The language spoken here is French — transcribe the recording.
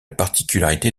particularité